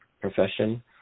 profession